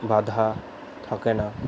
বাঁধা থাকে না